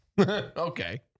Okay